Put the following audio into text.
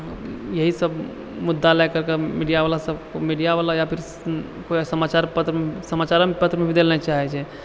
इएह सब मुद्दा लए करके मीडियावला सब या मीडियावला या पूरा समाचार पत्र समाचार पत्रमे भी दए लए नहि चाहैत छै